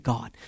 God